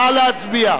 נא להצביע.